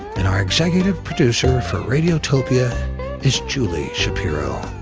and our executive producer for radiotopia is julie shapiro.